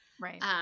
right